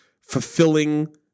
fulfilling